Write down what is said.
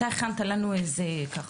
אתה כתבת לנו מכתב,